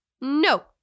No